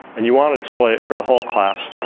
and you want to display it for the whole class,